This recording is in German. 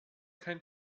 kein